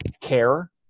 care